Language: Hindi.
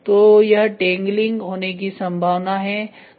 तो यहां टेंग्लिंग होने की संभावना है